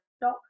Doc